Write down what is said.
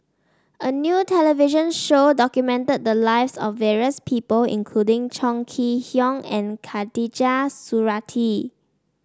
a new television show documented the lives of various people including Chong Kee Hiong and Khatijah Surattee